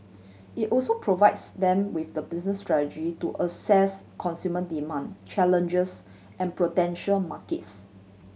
it also provides them with the business strategy to assess consumer demand challenges and potential markets